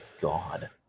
god